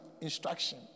instruction